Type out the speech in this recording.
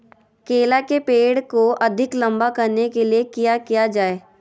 केला के पेड़ को अधिक लंबा करने के लिए किया किया जाए?